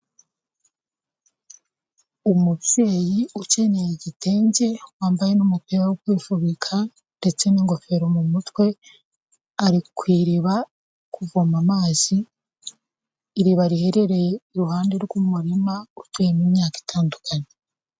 Umubyeyi ukenyeye igitenge, wambaye n'umupira wo kwifubika ndetse n'ingofero mu mutwe, ari ku iriba kuvoma amazi, iriba riherereye iruhande rw'umurima uteyemo imyaka itandukanye.